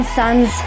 sons